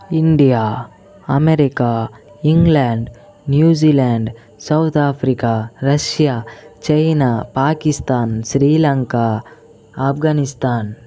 India America England New Zealand South Africa Russia China Pakistan Sri Lanka Afghanistan